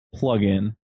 plugin